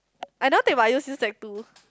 I never take but I use use like two